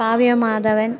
Kavya Madhavan